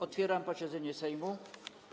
Otwieram posiedzenie Sejmu.